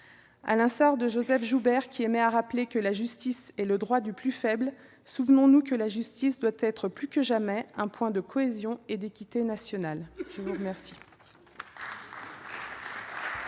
À l'instar de Joseph Joubert qui aimait à rappeler que la justice est le droit du plus faible, souvenons-nous que la justice doit être plus que jamais un point de cohésion et d'équité nationale ! La parole